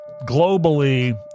globally